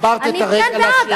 אני כן בעד.